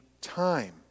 time